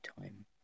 time